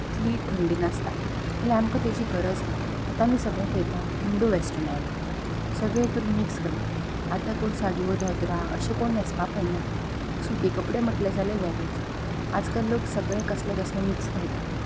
इतली थंडी नासता जाल्या आमकां तेजी गरज ना आतां आमी सगळें पळयता इंडो वॅस्टर्न आयलां सगळे हितूर मिक्स करता आतां कोण साडयो धोत्रां अशें कोण न्हेंसपा पळयना सुती कपडे म्हटले जाल्यार रॅरच आजकाल लोक सगळे कसले कसले मिक्स घालता